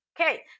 Okay